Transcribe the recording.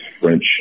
French